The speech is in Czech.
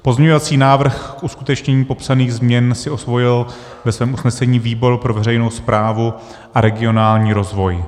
Pozměňovací návrh k uskutečnění popsaných změn si osvojil ve svém usnesení výbor pro veřejnou správu a regionální rozvoj.